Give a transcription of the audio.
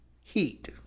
heat